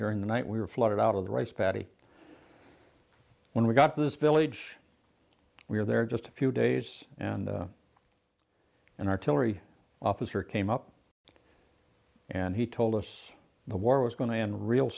during the night we were flooded out of the rice paddy when we got this village we were there just a few days and an artillery officer came up and he told us the war was going to end real